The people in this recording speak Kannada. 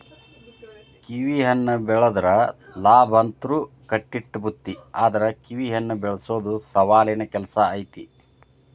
ಕಿವಿಹಣ್ಣ ಬೆಳದ್ರ ಲಾಭಂತ್ರು ಕಟ್ಟಿಟ್ಟ ಬುತ್ತಿ ಆದ್ರ ಕಿವಿಹಣ್ಣ ಬೆಳಸೊದು ಸವಾಲಿನ ಕೆಲ್ಸ ಐತಿ